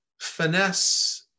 finesse